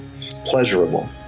pleasurable